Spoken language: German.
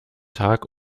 tag